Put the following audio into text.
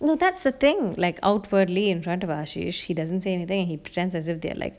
know that's the thing like outwardly in front of ashey he doesn't say anything he pretends as if they're like